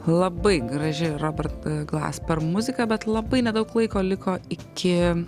labai graži robert glasper muzika bet labai nedaug laiko liko iki